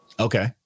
okay